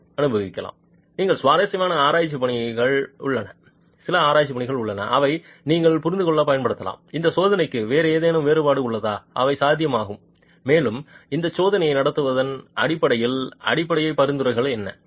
சில சுவாரஸ்யமான ஆராய்ச்சிப் பணிகள் உள்ளன அவை நீங்கள் புரிந்துகொள்ளப் பயன்படுத்தலாம் இந்த சோதனைக்கு வேறு ஏதேனும் வேறுபாடுகள் உள்ளதா அவை சாத்தியமாகும் மேலும் இந்த சோதனையை நடத்துவதன் அடிப்படையில் அடிப்படை பரிந்துரைகள் என்ன